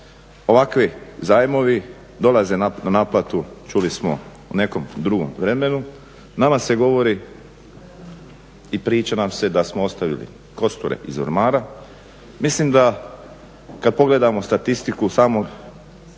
ovakvi zajmovi dolaze na naplatu čuli smo u nekom drugom vremenu. Nama se govori i priča nam se da smo ostavili kosture iz ormara. Mislim da kad pogledamo statistiku samog